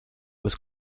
was